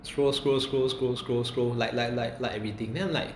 scroll scroll scroll scroll scroll scroll like like like like everything then like